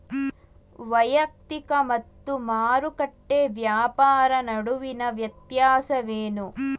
ವೈಯಕ್ತಿಕ ಮತ್ತು ಮಾರುಕಟ್ಟೆ ವ್ಯಾಪಾರ ನಡುವಿನ ವ್ಯತ್ಯಾಸವೇನು?